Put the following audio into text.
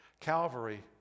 Calvary